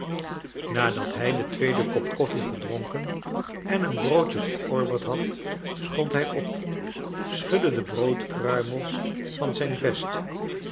nadat hij den tweeden kop koffie gedronken en een broodje verorberd had stond hij op schudde de broodkruimels van zijn vest